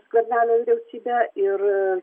skvernelio vyriausybė ir